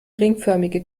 ringförmige